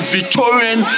Victorian